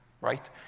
right